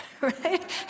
right